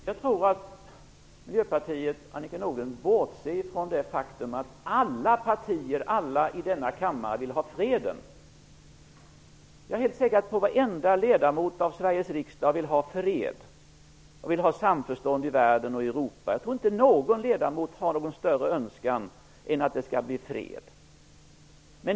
Fru talman! Jag tror att Miljöpartiet och Annika Nordgren bortser från det faktum att alla partier, alla i denna kammare, vill ha fred. Jag är helt säker på att varenda ledamot av Sveriges riksdag vill ha fred och samförstånd i världen och i Europa. Jag tror inte att någon ledamot har någon önskan som är större än önskan om fred.